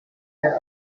their